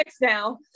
now